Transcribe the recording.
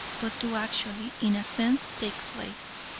but do actually, in a sense, take place.